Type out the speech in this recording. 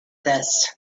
this